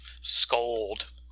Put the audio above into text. scold